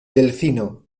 delfino